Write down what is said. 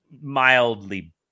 Mildly